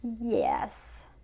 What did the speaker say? yes